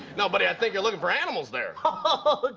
no, buddy, i think you're looking for animals there. ah but but but